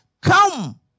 Come